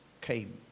came